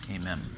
Amen